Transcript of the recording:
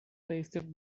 tasted